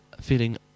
feeling